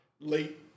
late